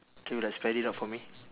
can you like spell it out for me